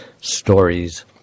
stories